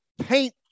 paint